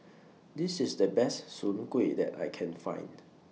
This IS The Best Soon Kueh that I Can Find